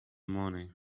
money